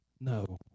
No